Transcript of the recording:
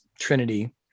trinity